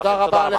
תודה רבה.